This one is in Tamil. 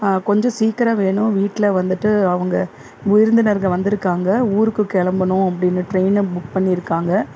கொஞ்சம் சீக்கிரம் வேணும் வீட்டில் வந்துட்டு அவங்க விருந்தினர்ங்க வந்திருக்காங்க ஊருக்கு கிளம்பணும் அப்படின்னு ட்ரெயினை புக் பண்ணி இருக்காங்க